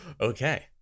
Okay